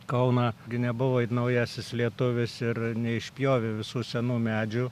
kauną gi nebuvo naujasis lietuvis ir neišpjovė visų senų medžių